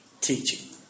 teaching